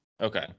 Okay